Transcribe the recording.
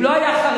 אם לא היו חרדים,